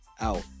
out